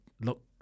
look